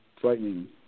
frightening